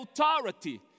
authority